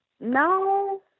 No